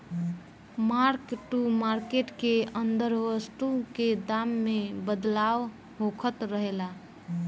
mark to market के अंदर वस्तु के दाम में बदलाव होखत रहेला